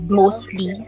mostly